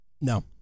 No